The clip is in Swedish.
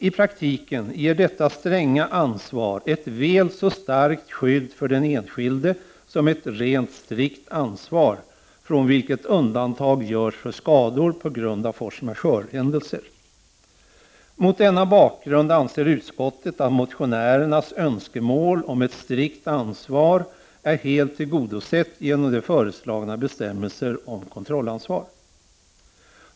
I praktiken ger detta stränga ansvar ett väl så starkt skydd för den enskilde som ett rent strikt ansvar, från vilket undantag görs för skador på grund av force majeure-händelser. Mot denna bakgrund anser utskottet att motionärernas önskemål om ett strikt ansvar är helt tillgodosett genom de föreslagna bestämmelserna om kontrollansvar.